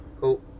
Cool